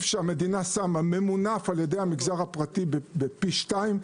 שהמדינה שמה ממונף על ידי המגזר הפרטי בפי שתיים,